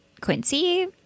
Quincy